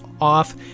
off